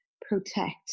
protect